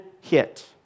hit